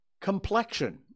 complexion